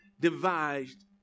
devised